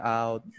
out